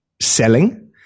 selling